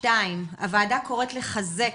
הוועדה קוראת לחזק,